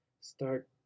start